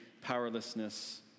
powerlessness